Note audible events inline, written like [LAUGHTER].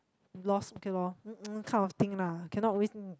loss okay loh um that kind of thing lah cannot always [NOISE]